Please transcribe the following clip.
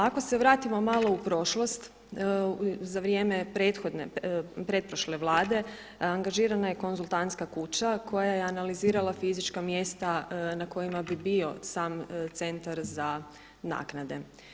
Ako se vratimo malo u prošlost za vrijeme pretprošle Vlade angažirana je konzultantska kuća koja je analizirala fizička mjesta na kojima bi bio sam Centar za naknade.